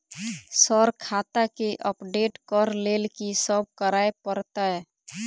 Sir खाता केँ update करऽ लेल की सब करै परतै?